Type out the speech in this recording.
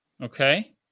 Okay